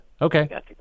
okay